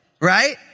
Right